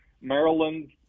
Maryland